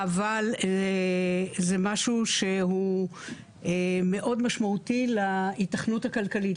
אבל זה משהו שהוא מאוד משמעותי להיתכנות הכלכלית,